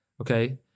Okay